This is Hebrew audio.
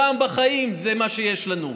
פעם בחיים, זה מה שיש לנו.